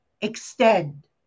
extend